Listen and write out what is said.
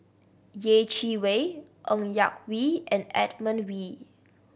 Yeh Chi Wei Ng Yak Whee and Edmund Wee